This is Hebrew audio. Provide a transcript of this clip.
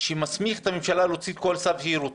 שמסמיך את הממשלה להוציא כל צו שהיא רוצה.